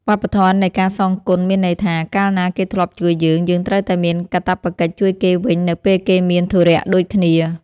វប្បធម៌នៃការសងគុណមានន័យថា កាលណាគេធ្លាប់ជួយយើង យើងត្រូវតែមានកាតព្វកិច្ចជួយគេវិញនៅពេលគេមានធុរៈដូចគ្នា។